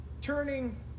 turning